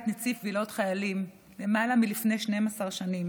נציב קבילות חיילים לפני יותר מ-12 שנים,